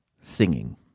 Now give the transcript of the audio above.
singing